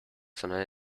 sondern